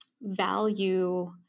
value